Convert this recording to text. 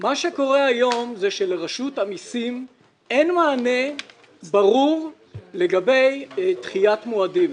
מה שקורה היום זה שלרשות המסים אין מענה ברור לגבי דחיית מועדים.